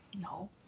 No